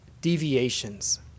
deviations